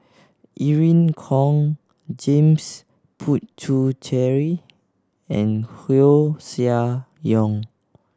Irene Khong James Puthucheary and Koeh Sia Yong